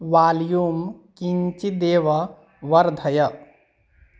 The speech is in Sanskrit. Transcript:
वाल्यूम् किञ्चिदेव वर्धय